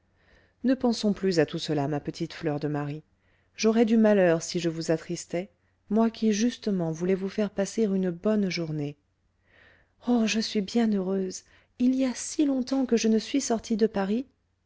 ne pensons plus à tout cela ma petite fleur de marie j'aurais du malheur si je vous attristais moi qui justement voulais vous faire passer une bonne journée oh je suis bien heureuse il y a si longtemps que je ne suis sortie de paris